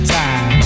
time